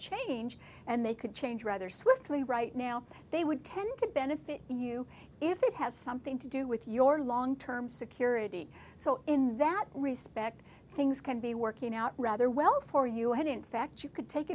change and they could change rather swiftly right now they would tend to benefit you if it has something to do with your long term security so in that respect things can be working out rather well for you had in fact you could take